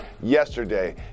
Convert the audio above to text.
yesterday